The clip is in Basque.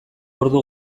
ordu